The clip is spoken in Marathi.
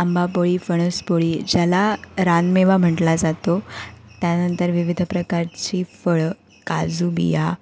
आंबापोळी फणसपोळी ज्याला रानमेवा म्हटला जातो त्यानंतर विविध प्रकारची फळं काजू बिया